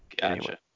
Gotcha